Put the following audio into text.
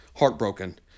heartbroken